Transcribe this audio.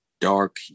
dark